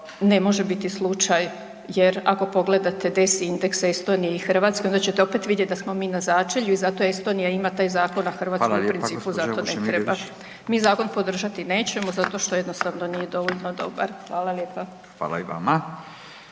ne može biti slučaj jer ako pogledate … indeks Estonije i Hrvatske onda ćete opet vidjet da smo mi na začelju i zato Estonija ima taj zakon, a Hrvatska u principu zato ne treba. … /Upadica: Hvala lijepo gospođo Vučemilović./ … Mi zakon podržati nećemo zato što jednostavno nije dovoljno dobar. Hvala lijepa. **Radin,